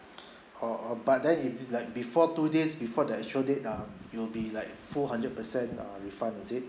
ah ah but then if it like before two days before the actual date ah it'll be like full a hundred percent uh refund is it